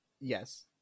yes